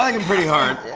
um pretty hard.